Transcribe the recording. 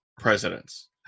presidents